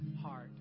heart